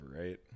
right